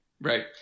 Right